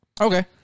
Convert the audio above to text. Okay